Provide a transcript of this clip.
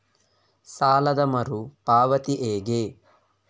ಸಾಲದ ಮರು ಪಾವತಿ ಹೇಗೆ?